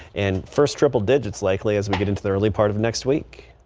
and first triple digits likely as we get into the early part of next week.